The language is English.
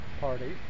party